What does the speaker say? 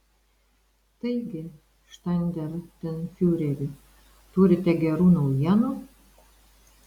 taigi štandartenfiureri turite gerų naujienų